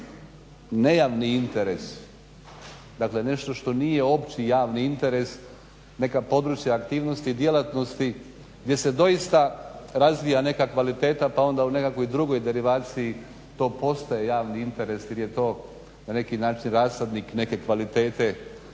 nejavni interes dakle nešto što nije opći javni interes neka područja aktivnosti i djelatnosti gdje se doista razvija neka kvaliteta pa onda u nekakvoj drugoj derivaciji to postaje javni interes jer je to na neki način rasadnik neke kvalitete,